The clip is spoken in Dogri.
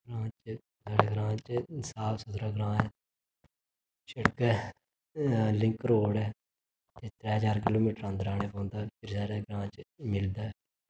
साढ़े ग्रां च साफ सुथरा ग्रां ऐ जेह्डे़ कि लिंक रोड़ ऐ ओह् त्रै चार किलोमिटर अंदर औना पौंदा ऐ फिर ओह् साढ़े ग्रां च मिलदा ऐ